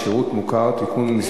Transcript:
7 והוראת שעה) (שירות במשטרה ושירות מוכר) (תיקון מס'